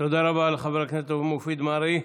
תודה רבה לחבר הכנסת מופיד מרעי.